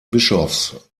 bischofs